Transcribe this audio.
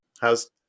How's